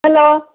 hello